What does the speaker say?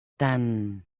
tan